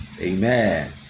amen